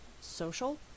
social